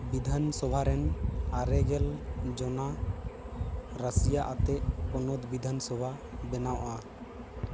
ᱵᱤᱫᱷᱟᱱ ᱥᱚᱵᱷᱟᱨᱮᱱ ᱟᱨᱮᱜᱮᱞ ᱡᱚᱱᱟ ᱨᱟᱹᱥᱤᱭᱟ ᱟᱛᱮᱫ ᱯᱚᱱᱚᱛ ᱵᱤᱫᱷᱟᱱᱥᱚᱵᱷᱟ ᱵᱮᱱᱟᱜᱼᱟ